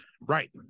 Right